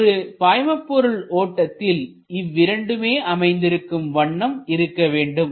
எனவே ஒரு பாய்மபொருள் ஓட்டத்தில் இவ்விரண்டுமே அமைந்திருக்கும் வண்ணம் இருக்க வேண்டும்